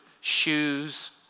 shoes